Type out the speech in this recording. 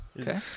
okay